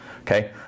Okay